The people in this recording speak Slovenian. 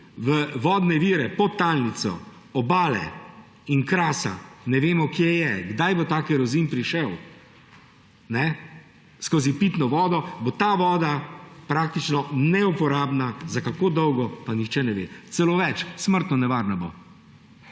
v vodne vire, v podtalnico Obale in Krasa, ne vemo, kje je, kdaj bo ta kerozin prišel skozi pitno vodo, bo ta voda praktično neuporabna. Za kako dolgo, pa nihče ne ve. Celo več, smrtno nevarna bo.